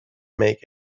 make